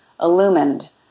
illumined